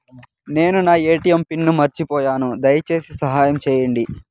నేను నా ATM pin మర్చిపోయాను, దయచేసి సహాయం చేయండి